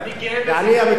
ואני גאה בזה,